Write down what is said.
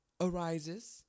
arises